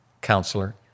Counselor